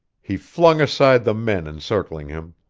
he flung aside the men encircling him.